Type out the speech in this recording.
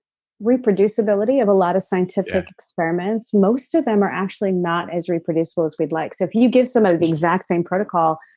reproducibility of a lot of scientific experiments. most of them are actually not as reproducible as we'd like so if you give some of the exact same protocol,